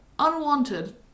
Unwanted